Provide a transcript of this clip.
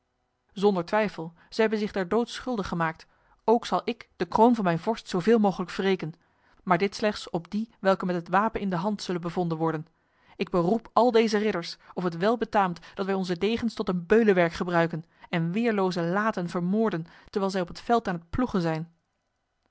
zonder twijfel zij hebben zich der dood schuldig gemaakt ook zal ik de kroon van mijn vorst zoveel mogelijk wreken maar dit slechts op die welke met het wapen in de hand zullen bevonden worden ik beroep al deze ridders of het wel betaamt dat wij onze degens tot een beulenwerk gebruiken en weerloze laten vermoorden terwijl zij op het veld aan het ploegen zijn